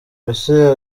mbese